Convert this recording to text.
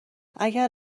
اگر